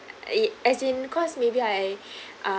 it as in cause maybe I uh